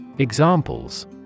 Examples